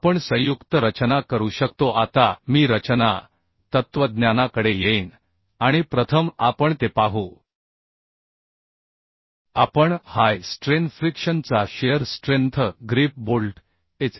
आपण संयुक्त रचना करू शकतो आता मी रचना तत्त्वज्ञानाकडे येईन आणि प्रथम आपण ते पाहू आपण हाय स्ट्रेन फ्रिक्शन चा shear strength grip bolt H